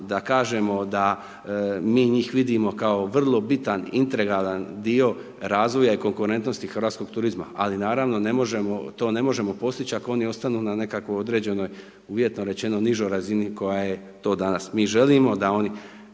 da kažemo da mi njih vidimo kao vrlo bitan integralan dio razvoja i konkurentnosti hrvatskog turizma, ali naravno ne možemo to ne možemo postići ako oni ostanu na nekakvoj određenoj uvjetno rečeno nižoj razni koja je to danas. Mi želimo da oni